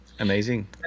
Amazing